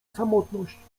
samotność